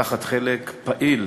לקחת חלק פעיל